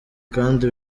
kandi